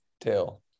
tail